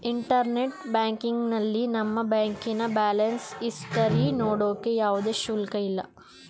internet ಬ್ಯಾಂಕಿಂಗ್ನಲ್ಲಿ ನಮ್ಮ ಬ್ಯಾಂಕಿನ ಬ್ಯಾಲೆನ್ಸ್ ಇಸ್ಟರಿ ನೋಡೋಕೆ ಯಾವುದೇ ಶುಲ್ಕ ಇಲ್ಲ